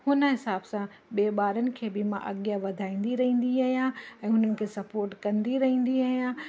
हुन हिसाब सां ॿिए ॿारनि खे बि मां अॻियां वधाईंदी रहंदी आहियां ऐं हुननि खे सपॉट कंदी रहंदी आहियां